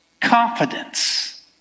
confidence